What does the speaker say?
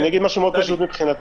אני אגיד משהו מאוד חשוב מבחינתנו.